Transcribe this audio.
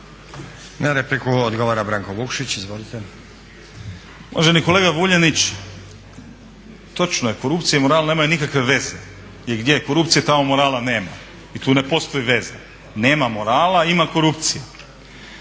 Na repliku odgovara Branko Vukšić, izvolite. **Vukšić, Branko (Nezavisni)** Uvaženi kolega Vuljanić, točno je korupcija i moral nemaju nikakve veze, jer gdje je korupcija tamo morala nema i tu ne postoji veza. Nema morala, ima korupcije.